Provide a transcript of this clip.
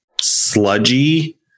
sludgy